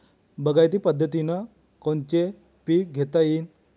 बागायती पद्धतीनं कोनचे पीक घेता येईन?